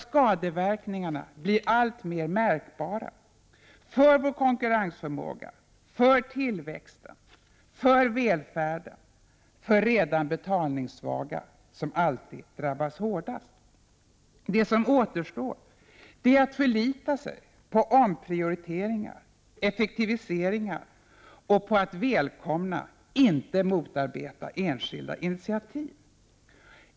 Skadeverkningarna blir alltmer märkbara för vår konkurrensförmåga, för tillväxten och välfärden, för redan betalningssvaga som alltid drabbas hårdast. Det som återstår är att förlita sig på omprioriteringar, effektiviseringar och på att välkomna, inte motarbeta, enskilda initiativ.